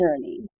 journey